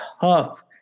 tough